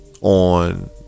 on